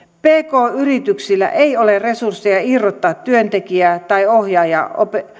pk yrityksillä ei ole resursseja irrottaa työntekijää tai ohjaajaa